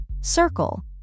Circle